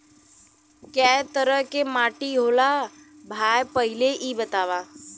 कै तरह के माटी होला भाय पहिले इ बतावा?